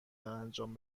انجام